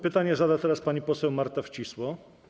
Pytanie zada teraz pani poseł Marta Wcisło.